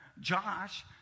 Josh